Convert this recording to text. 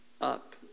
up